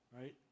right